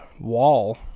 wall